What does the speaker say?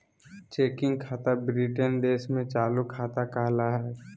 checking खाता Britain देश में चालू खाता कहला हय